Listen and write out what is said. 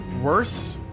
worse